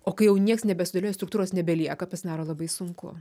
o kai jau nieks nebesudėlioja struktūros nebelieka pasidaro labai sunku